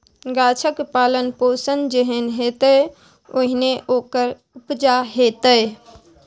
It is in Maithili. गाछक पालन पोषण जेहन हेतै ओहने ओकर उपजा हेतै